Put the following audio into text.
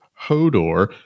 Hodor